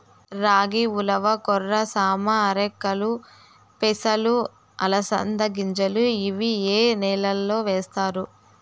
రాగి, ఉలవ, కొర్ర, సామ, ఆర్కెలు, పెసలు, అలసంద గింజలు ఇవి ఏ నెలలో వేస్తారు?